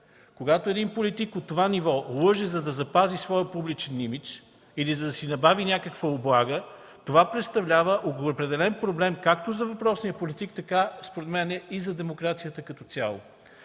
Когато един политик от това ниво лъже, за да запази своя публичен имидж или да си добави някаква облага, това представлява определен проблем както за въпросния политик, така според мен и за демокрацията като цяло.